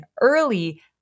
early